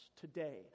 today